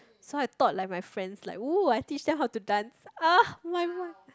so I taught like my friends like !woo! I teach them how to dance !ah! my my